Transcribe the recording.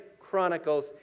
Chronicles